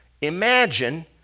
Imagine